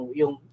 yung